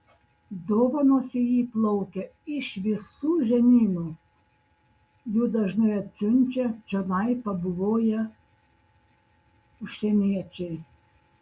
dovanos į jį plaukia iš visų žemynų jų dažnai atsiunčia čionai pabuvoję užsieniečiai